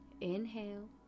inhale